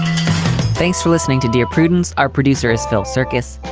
thanks for listening to dear prudence are producers phil circus?